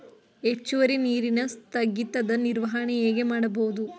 ಹೆಚ್ಚುವರಿ ನೀರಿನ ಸ್ಥಗಿತದ ನಿರ್ವಹಣೆ ಹೇಗೆ ಮಾಡಬಹುದು?